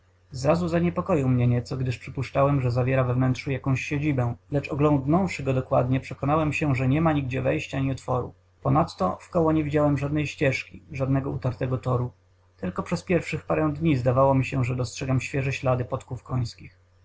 czworobok zrazu zaniepokoił mnie nieco gdyż przypuszczałem że zawiera we wnętrzu jakąś siedzibę lecz oglądnąwszy go dokładnie przekonałem się że niema nigdzie wejścia ani otworu ponadto wokół nie widziałem żadnej ścieżki żadnego utartego toru tylko przez pierwszych parę dni zdawało mi się że dostrzegam świeże ślady podków końskich